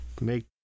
make